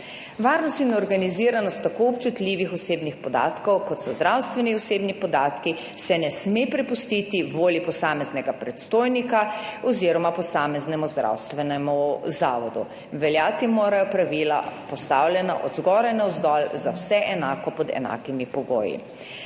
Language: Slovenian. Varnost in organiziranost tako občutljivih osebnih podatkov kot so zdravstveni osebni podatki, se ne sme prepustiti volji posameznega predstojnika oziroma posameznemu zdravstvenemu zavodu, veljati morajo pravila, postavljena od zgoraj navzdol, za vse enako, pod enakimi pogoji.